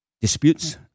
disputes